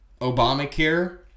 Obamacare